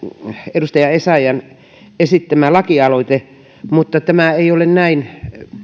edustaja essayahn esittämä lakialoite on erittäin kannatettava mutta tämä ei ole näin